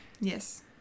Yes